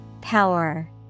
Power